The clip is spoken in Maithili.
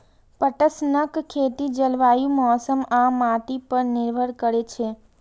पटसनक खेती जलवायु, मौसम आ माटि पर निर्भर करै छै